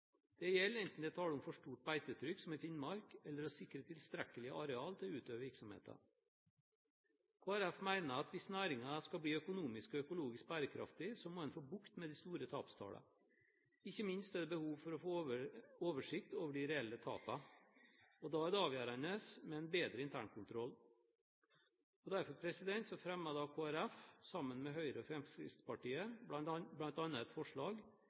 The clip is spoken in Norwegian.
Det gjelder enten det er tale om for stort beitetrykk, som i Finnmark, eller å sikre tilstrekkelige arealer til å utøve virksomheten. Kristelig Folkeparti mener at hvis næringen skal bli økonomisk og økologisk bærekraftig, må man få bukt med de store tapstallene. Ikke minst er det behov for å få oversikt over de reelle tapene. Da er det avgjørende med en bedre internkontroll. Derfor fremmer Kristelig Folkeparti, sammen med Høyre og Fremskrittspartiet, bl.a. et forslag